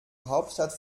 hauptstadt